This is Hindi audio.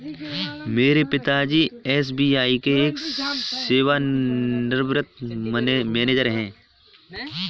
मेरे पिता जी एस.बी.आई के एक सेवानिवृत मैनेजर है